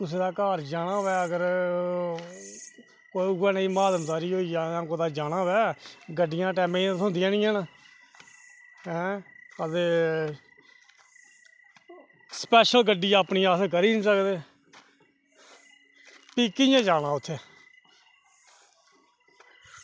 कुसै दे घर अगर जाना होऐ ते कोई उऐ नेही मातमदारी होई जा कुदै जाना होऐ गड्डियां टैमें दियां थ्होंदियां निं हैन ऐं ते स्पेशल गड्डी अपनी अस करी निं सकदे ते भी कियां जाना उत्थें